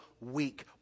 week